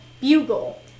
Bugle